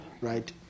right